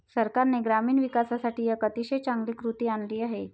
सरकारने ग्रामीण विकासासाठी एक अतिशय चांगली कृती आणली आहे